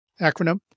acronym